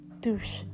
douche